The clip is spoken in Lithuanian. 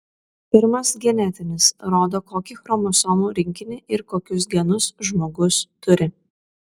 pirmas genetinis rodo kokį chromosomų rinkinį ir kokius genus žmogus turi